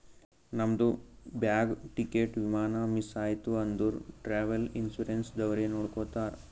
ನಮ್ದು bag, ticket, ವಿಮಾನ miss ಐಯ್ತ ಅಂದುರ್ ಟ್ರಾವೆಲ್ ಇನ್ಸೂರೆನ್ಸ್ ದವ್ರೆ ನೋಡ್ಕೊತ್ತಾರ್